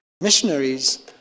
Missionaries